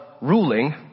ruling